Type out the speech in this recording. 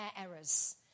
errors